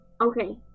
okay